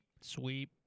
Sweep